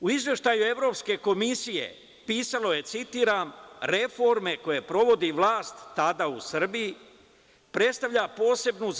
U izveštaju Evropske komisije, pisano je, citiram – reforme koje provodi vlast, tada u Srbiji, predstavlja posebnu